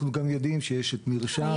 אנחנו גם יודעים שיש את מרש"ם,